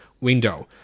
window